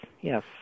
yes